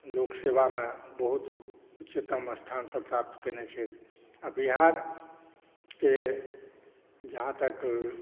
लोकसेवामे बहुत उच्चतम स्थान प्राप्त कयने छथि आ बिहारकेँ जहाँ तक